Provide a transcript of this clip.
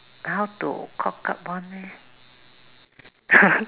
how to cock up one leh